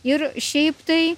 ir šiaip tai